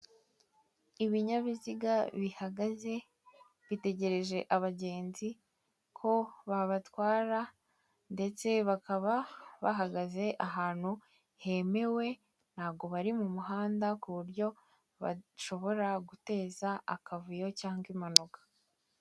Ibinyabiziga bihagaze bitegereje abagenzi ko babatwara ndetse bakaba bahagaze ahantu hemewe, ntabwo bari mu muhanda ku buryo bashobora guteza akavuyo cyangwa impanuka.